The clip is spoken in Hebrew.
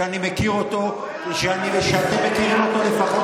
שאני מכיר אותו ושאתם מכירים אותו לפחות